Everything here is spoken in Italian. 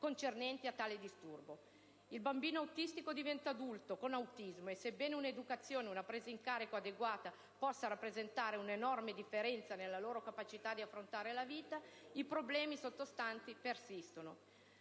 concernenti tale disturbo. I bambini autistici diventano adulti con autismo e, sebbene un'educazione ed una presa in carico adeguata possano rappresentare un'enorme differenza nella loro capacità di affrontare la vita, i problemi sottostanti persistono.